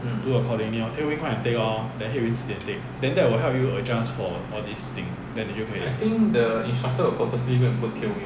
do accordingly lor tailwind 快点 take lor then headwind 迟点 take then that will help you adjust for all these thing then 你就可以